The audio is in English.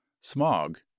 smog